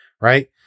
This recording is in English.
right